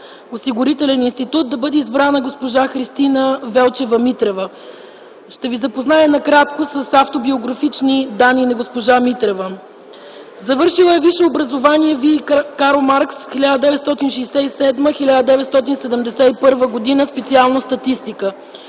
осигурителен институт да бъде избрана госпожа Христина Велчева Митрева. Ще ви запозная накратко с автобиографичните данни на госпожа Митрева. Завършила е висше образование във ВИИ „Карл Маркс” през 1967-1971 г., специалност „Статистика”.